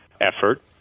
effort